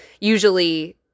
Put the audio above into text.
usually –